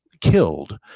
killed